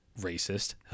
racist